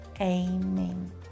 Amen